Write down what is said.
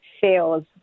feels